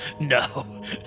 no